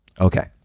Okay